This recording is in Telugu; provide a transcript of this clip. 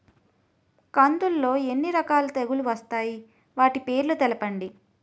కందులు లో ఎన్ని రకాల తెగులు వస్తాయి? వాటి పేర్లను తెలపండి?